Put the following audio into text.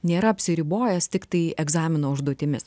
nėra apsiribojęs tiktai egzamino užduotimis